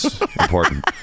important